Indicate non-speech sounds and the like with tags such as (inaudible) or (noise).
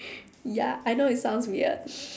ya I know it sounds weird (noise)